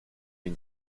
une